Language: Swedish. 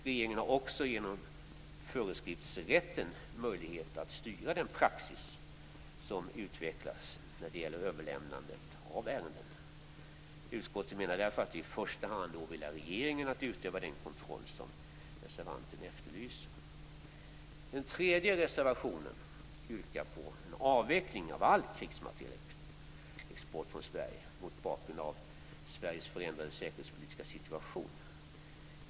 Regeringen har också, genom föreskriftsrätten, möjlighet att styra den praxis som utvecklas när det gäller överlämnandet av ärenden. Utskottet menar därför att det i första hand åvilar regeringen att utöva den kontroll som reservanterna efterlyser. I den tredje reservationen yrkar man, mot bakgrund av Sveriges förändrade säkerhetspolitiska situation, på en avveckling av krigsmaterielexport från Sverige.